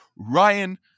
Ryan